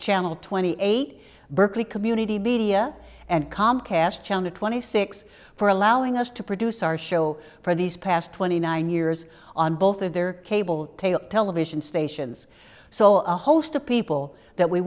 channel twenty eight berkeley community vidia and comcast twenty six for allowing us to produce our show for these past twenty nine years on both of their cable television stations so a host of people that we